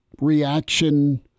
reaction –